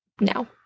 Now